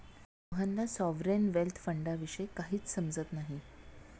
रोहनला sovereign wealth फंडाविषयी काहीच समजत नाही